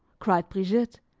cried brigitte,